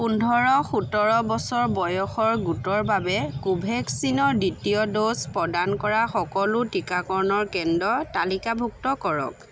পোন্ধৰ সোতৰ বছৰ বয়সৰ গোটৰ বাবে কোভেক্সিনৰ দ্বিতীয় ড'জ প্ৰদান কৰা সকলো টিকাকৰণৰ কেন্দ্ৰ তালিকাভুক্ত কৰক